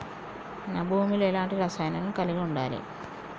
నా భూమి లో ఎలాంటి రసాయనాలను కలిగి ఉండాలి?